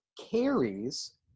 carries